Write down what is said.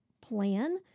plan